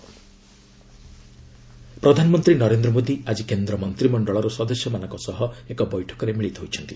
PM meeting ପ୍ରଧାନମନ୍ତ୍ରୀ ନରେନ୍ଦ୍ର ମୋଦି ଆକି କେନ୍ଦ୍ର ମନ୍ତ୍ରିମଣ୍ଡଳ ସଦସ୍ୟମାନଙ୍କ ସହ ଏକ ବୈଠକରେ ମିଳିତ ହୋଇଛନ୍ତି